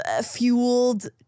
fueled